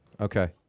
okay